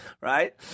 Right